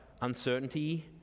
uncertainty